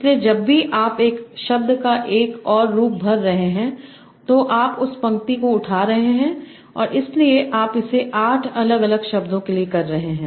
इसलिए जब भी आप एक शब्द का एक और रूप भर रहे हैं तो आप उस पंक्ति को उठा रहे हैं और इसलिए आप इसे 8 अलग अलग शब्दों के लिए कर रहे हैं